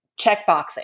checkboxing